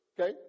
okay